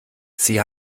sie